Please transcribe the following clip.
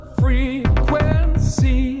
frequency